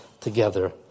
together